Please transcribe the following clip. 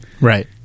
right